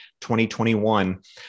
2021